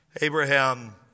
Abraham